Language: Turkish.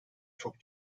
çok